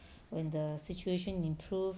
when the situation improve